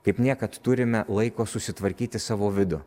kaip niekad turime laiko susitvarkyti savo vidų